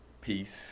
peace